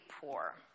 poor